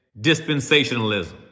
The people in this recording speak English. dispensationalism